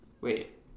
Wait